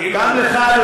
כי גם לך,